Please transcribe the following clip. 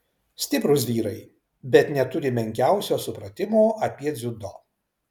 stiprūs vyrai bet neturi menkiausio supratimo apie dziudo